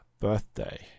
birthday